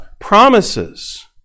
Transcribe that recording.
promises